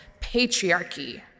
patriarchy